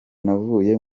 navuye